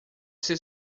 ser